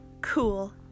cool